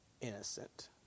innocent